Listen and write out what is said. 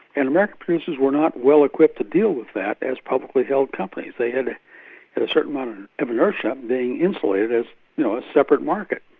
and american producers were not well equipped to deal with that as publicly held companies. they had had a certain amount and of intertia, being insulated as you know a separate market,